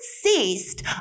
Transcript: ceased